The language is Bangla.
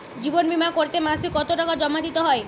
জীবন বিমা করতে মাসে কতো টাকা জমা দিতে হয়?